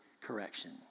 correction